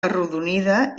arrodonida